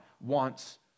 wants